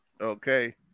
Okay